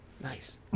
Nice